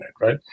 right